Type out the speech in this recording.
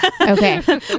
Okay